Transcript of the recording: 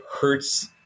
hurts